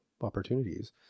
opportunities